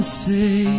say